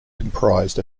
comprised